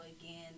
again